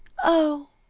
oh,